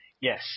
Yes